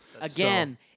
Again